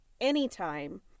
anytime